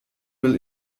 will